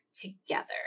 together